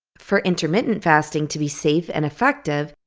for intermittent fasting to be safe and effective,